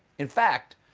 in fact,